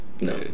no